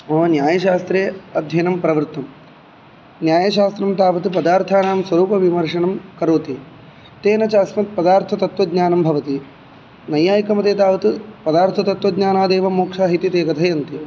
मम न्यायशास्त्रे अध्ययनं प्रवृत्तं न्यायशास्त्रं तावत् पदार्थानां स्वरूपविमर्शनं करोति तेन च अस्मत्पदार्थतत्त्वज्ञानं भवति नैयायिकमते तावत् पदार्थतत्त्वज्ञानादेव मोक्षः इति ते कथयन्ति